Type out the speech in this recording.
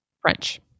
French